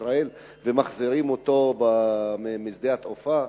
ישראל ומחזירים אותו משדה התעופה?